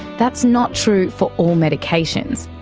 that's not true for all medications.